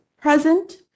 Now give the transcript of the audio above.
present